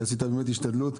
כי עשית באמת השתדלות.